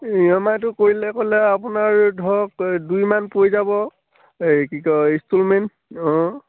ই M আইটো কৰিলে ক'লে আপোনাৰ ধৰক দুইমান পৰি যাব এই কি কয় ইনষ্টলমেণ্ট